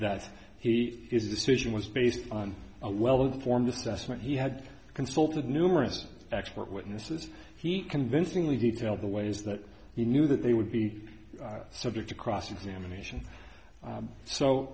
that he is decision was based on a well informed assessment he had consulted numerous expert witnesses he convincingly detail the ways that he knew that they would be subject to cross examination